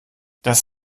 das